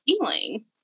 feeling